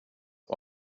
och